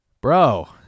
Bro